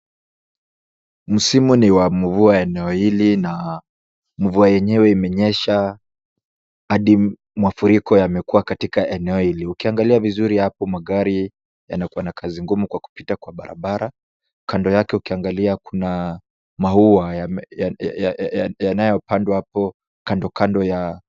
Msimu ni wa mvua eneo hili na mvua yenyewe imenyesha hadi mafuriko yamekuwa katika eneo hili. Ukiangalia vizuri apo magari yanakuwa na kazi ngumu kwa kupita kwa barabara. Kando yake ukiangalia kuna maua yanayopandwa apo kando kando ya......